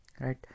right